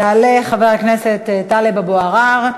יעלה חבר הכנסת טלב אבו עראר.